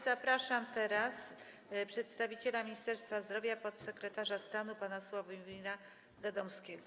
Zapraszam teraz przedstawiciela Ministerstwa Zdrowia, podsekretarza stanu pana Sławomira Gadomskiego.